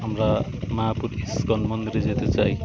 আমরা মায়াপুর ইসকন মন্দিরে যেতে চাই